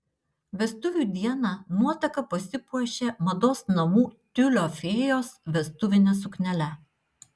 vestuvių dieną nuotaka pasipuošė mados namų tiulio fėjos vestuvine suknele